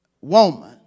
woman